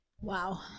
Wow